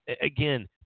again